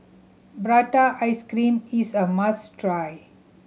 prata ice cream is a must try